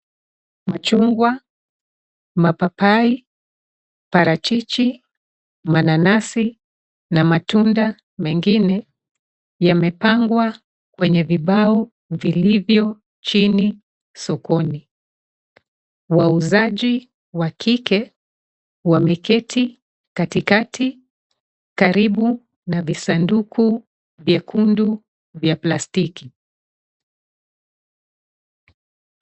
Machungwa, mapapai, parachichi, mananasi na matunda mengine yamepangwa kwenye vibao vilivyo chini sokoni. Wauzaji wa kike wameketi katikati karibu na visanduku vyekundu vya plastiki.